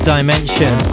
Dimension